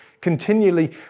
continually